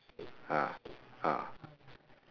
ah ah